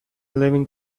living